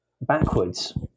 backwards